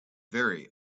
very